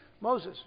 Moses